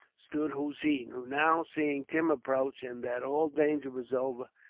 stood hossein who now, seeing tim approach, and that all danger was over,